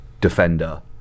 defender